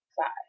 five